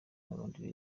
n’abandi